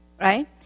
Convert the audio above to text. Right